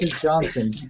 Johnson